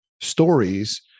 stories